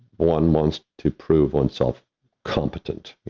one wants to prove oneself competent, you